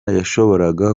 yashoboraga